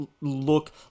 look